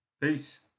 Peace